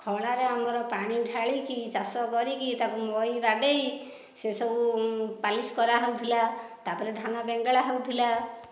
ଖଳାରେ ଆମର ପାଣି ଢାଳିକି ଚାଷ କରିକି ତାକୁ ମଇ ବାଡ଼େଇ ସେ ସବୁ ପାଲିଶ କରାହେଉଥିଲା ତାପରେ ଧାନ ବେଙ୍ଗେଳା ହେଉଥିଲା